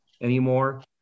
anymore